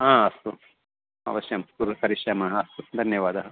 हा अस्तु अवश्यं पुनः करिष्यामः अस्तु धन्यवादः